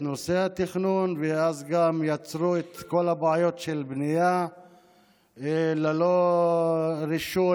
נושא התכנון ואז גם יצרו את כל הבעיות של בנייה ללא רישוי,